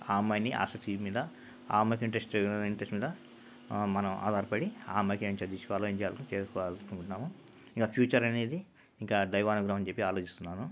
ఆ అమ్మాయిని ఆసక్తి మీద ఆ అమ్మాయికింటరస్టు ఇంటరస్ట్ మీద మనం ఆధారపడి అమ్మాయికి ఏం చదివించుకోవాలో ఏం చేయాలనుకుంటున్నామో ఇంకా ఫ్యూచరనేది ఇంకా దైవ అనుగ్రహం అని చెప్పి ఆలోచిస్తున్నాను